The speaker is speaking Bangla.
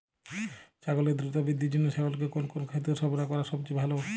ছাগলের দ্রুত বৃদ্ধির জন্য ছাগলকে কোন কোন খাদ্য সরবরাহ করা সবচেয়ে ভালো?